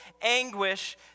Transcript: anguish